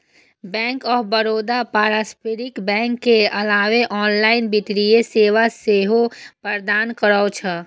bank of Baroda पारंपरिक banking के अलावे ऑनलाइन वित्तीय सेवा सेहो प्रदान करै छै